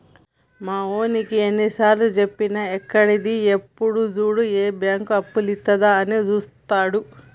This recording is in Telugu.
మావోనికి ఎన్నిసార్లుజెప్పినా ఎక్కది, ఎప్పుడు జూడు ఏ బాంకు అప్పులిత్తదా అని జూత్తడు